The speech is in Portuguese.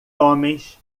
homens